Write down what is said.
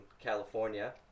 California